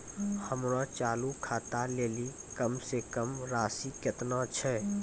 हमरो चालू खाता लेली कम से कम राशि केतना छै?